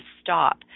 stop